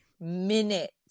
minutes